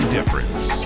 Difference